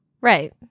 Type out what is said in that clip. Right